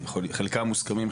חלקם מוסכמים,